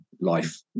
life